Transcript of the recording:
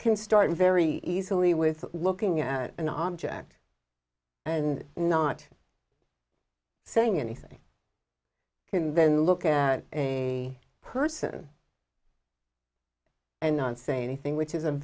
can start very easily with looking at an object and not saying anything and then look at a person and not say anything which is a